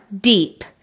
deep